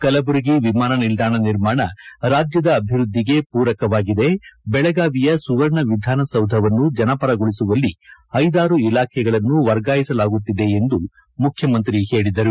ಕಲಬುರಗಿ ವಿಮಾನ ನಿಲ್ದಾಣ ನಿರ್ಮಾಣ ರಾಜ್ಯದ ಅಭಿವೃದ್ದಿಗೆ ಪೂರಕವಾಗಿದೆ ಬೆಳಗಾವಿಯ ಸುವರ್ಣ ವಿಧಾನಸೌಧವನ್ನು ಜನಪರಗೊಳಿಸುವಲ್ಲಿ ಇದಾರು ಇಲಾಖೆಗಳನ್ನು ವರ್ಗಾಯಿಸಲಾಗುತ್ತಿದೆ ಎಂದು ಮುಖ್ಯಮಂತ್ರಿ ಹೇಳಿದರು